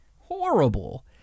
Horrible